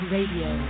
Radio